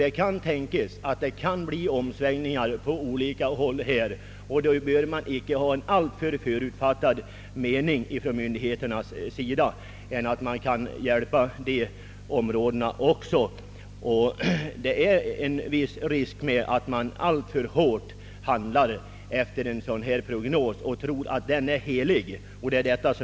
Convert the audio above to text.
Det kan tänkas bli omsvängningar i utvecklingen, och då bör myndigheterna inte ha så förutfattade meningar att de inte kan hjälpa även dessa ytterområden. Det finns en viss risk att myndigheterna alltför hårt binder sitt handlande vid en prognos som man tror är helig.